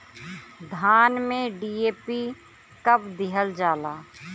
धान में डी.ए.पी कब दिहल जाला?